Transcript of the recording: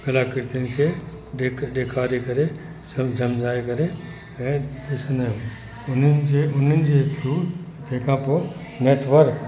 कलाकृतियुनि के ॾे ॾेखारे करे सं सम्झाए करे ऐं ॾिसंदा आहियूं हुननि जे हुननि जे थ्रू तंहिंखां पोइ नेटवर्क